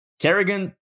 Kerrigan